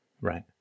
right